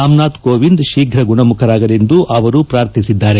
ರಾಮನಾಥ್ ಕೋವಿಂದ್ ತೀಪು ಗುಣಮುಖರಾಗಲೆಂದು ಅವರು ಪಾರ್ಥಿಸಿದ್ದಾರೆ